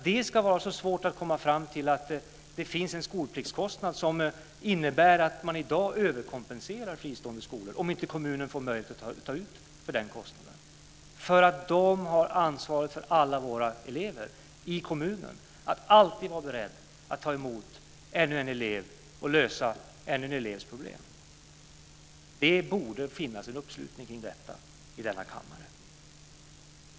Det är tydligen svårt att komma fram till att det finns en skolpliktskostnad som innebär att fristående skolor i dag överkompenseras om kommunen inte får möjlighet att ta hänsyn till denna kostnad. Kommunen har ansvaret för alla eleverna i kommunen och ska alltid vara beredd att ta emot och lösa ännu en elevs problem. Det borde finnas en uppslutning kring detta i denna kammare.